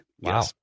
Wow